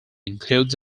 includes